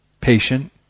patient